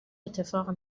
اتفاق